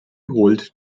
holt